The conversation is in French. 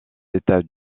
états